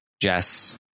Jess